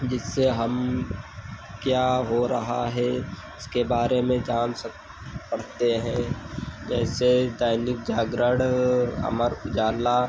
जिससे हम क्या हो रहा है उसके बारे में जान सक पढ़ते हैं जैसे दैनिक जागरण अमर उजाला